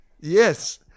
Yes